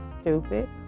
stupid